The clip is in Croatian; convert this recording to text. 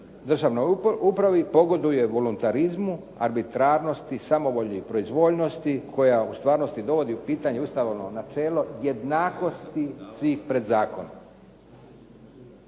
državnoj upravi pogoduje volontarizmu, arbitrarnosti, samovolji i proizvoljnosti koja u stvarnosti dovodi u pitanje ustavno načelo jednakosti svih pred zakonom.